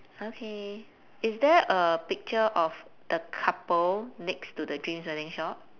okay is there a picture of the couple next to the dreams wedding shop